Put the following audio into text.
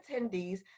attendees